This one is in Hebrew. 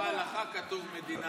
ואפילו בהלכה כתוב "מדינה יהודית".